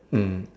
mm